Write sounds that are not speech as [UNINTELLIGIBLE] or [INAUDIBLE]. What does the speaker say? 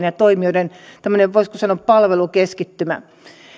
[UNINTELLIGIBLE] ja toimijoiden tämmöinen voisiko sanoa palvelukeskittymä